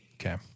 Okay